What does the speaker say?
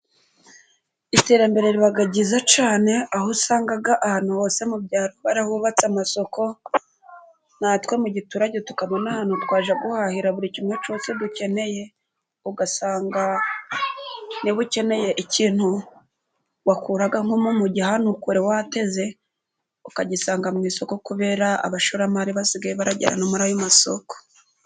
Iterambere riba ryiza cyane, aho usanga ahantu hose mu byaro barahubatse amasoko, natwe mu giturage tukabona ahantu twajya guhahira buri kimwe cyose dukeneye, ugasanga niba ukeneye ikintu wakuraga nko mu mugi ahantu kure wateze, ukagisanga mu isoko, kubera abashoramari basigaye bajya no muri ayo masoko.